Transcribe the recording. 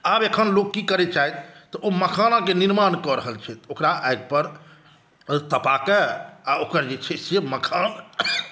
आब एखन लोक की करैत छथि तऽ ओ मखानाके निर्माण कऽ रहल छथि ओकरा आगि पर तपा कऽ आ ओकर जे छै से मखान